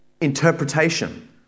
interpretation